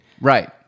Right